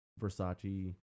Versace